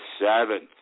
seventh